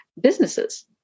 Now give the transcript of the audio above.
businesses